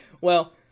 Well-